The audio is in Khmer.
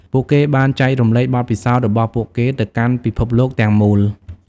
ពួកគេបានចែករំលែកបទពិសោធន៍របស់ពួកគេទៅកាន់ពិភពលោកទាំងមូល។